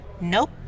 Nope